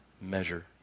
measure